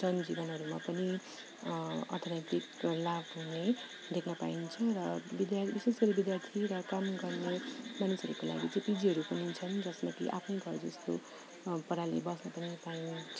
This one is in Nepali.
जनजीवनहरूमा पनि अर्थनैतिक लाभ हुने देख्न पाइन्छ र विद्या विशेष गरी विद्यार्थी र काम गर्ने मानिसहरूको लागि पिजीहरू पनि छन् जसमा कि आफ्नो घर जस्तो पाराले बस्न पनि पाइन्छ